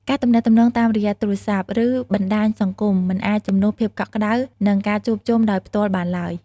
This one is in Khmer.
ការទំនាក់ទំនងតាមរយៈទូរសព្ទ ឬបណ្តាញសង្គម មិនអាចជំនួសភាពកក់ក្ដៅ និងការជួបជុំដោយផ្ទាល់បានឡើយ។